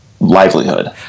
livelihood